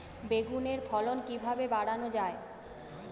বেগুনের ফলন কিভাবে বাড়ানো যায়?